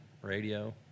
radio